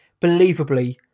believably